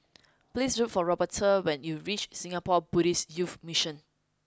please look for Roberta when you reach Singapore Buddhist Youth Mission